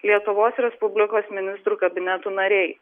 lietuvos respublikos ministrų kabineto nariai